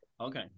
Okay